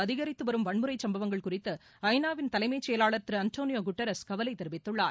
அதிகித்து வரும் வன்முறை சுப்பவங்கள் குறித்து ஐ நா வின் தலைமைச் செயலாளர் திரு ஆண்டளியோ குட்டாரஸ் கவலை தெரிவித்துள்ளார்